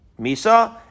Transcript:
Misa